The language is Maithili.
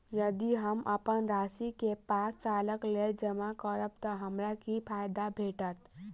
यदि हम अप्पन राशि केँ पांच सालक लेल जमा करब तऽ हमरा की फायदा भेटत?